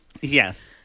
Yes